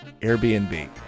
Airbnb